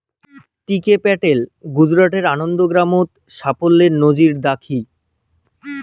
টি K Patel গুজরাটের আনন্দ গেরামত সাফল্যের নজির দ্যাখি